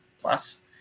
plus